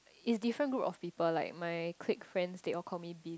it's different group of people like my clique friends they all call me Vin